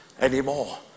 anymore